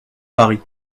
paris